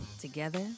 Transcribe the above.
Together